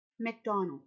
McDonald